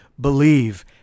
believe